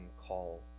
call